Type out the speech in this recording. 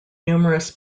numerous